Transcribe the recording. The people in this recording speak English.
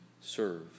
serve